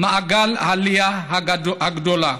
מגל העלייה הגדול.